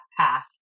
path